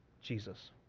Jesus